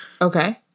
Okay